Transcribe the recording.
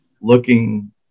looking